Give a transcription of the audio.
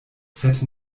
sed